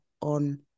on